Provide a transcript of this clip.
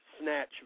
snatch